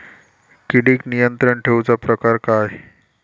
किडिक नियंत्रण ठेवुचा प्रकार काय?